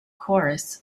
chorus